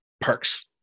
perks